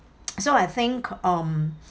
so I think um